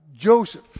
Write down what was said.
Joseph